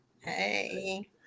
hey